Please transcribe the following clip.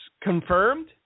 confirmed